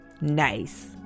Nice